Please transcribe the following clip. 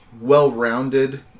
well-rounded